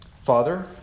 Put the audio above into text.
Father